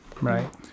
Right